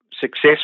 success